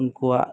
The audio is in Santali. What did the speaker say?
ᱩᱱᱠᱩᱣᱟᱜ